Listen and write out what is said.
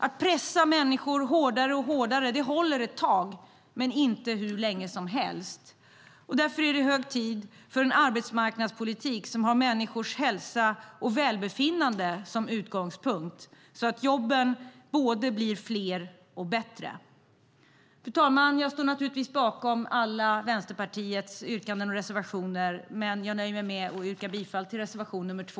Att pressa människor hårdare och hårdare håller ett tag men inte hur länge som helst. Därför är det hög tid för en arbetsmarknadspolitik som har människors hälsa och välbefinnande som utgångspunkt, så att jobben blir både fler och bättre. Fru talman! Jag står naturligtvis bakom alla Vänsterpartiets yrkanden och reservationer men nöjer mig med att yrka bifall till reservation 2.